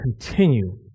continue